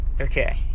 Okay